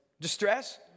distress